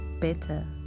better